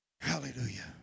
Hallelujah